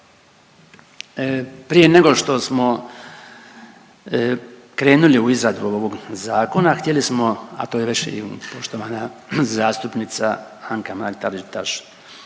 Prije nego što smo krenuli u izradu ovog zakona htjeli smo, a to je već i poštovana zastupnica Anka Mrak-Taritaš